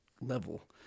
level